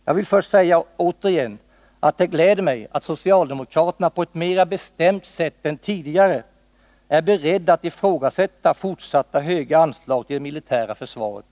Jag vill först återigen säga att det gläder mig att socialdemokraterna på ett mera bestämt sätt än tidigare är beredda att ifrågasätta fortsatta höga anslag till det militära försvaret.